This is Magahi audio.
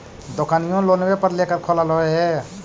दोकनिओ लोनवे पर लेकर खोललहो हे?